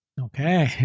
Okay